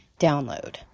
Download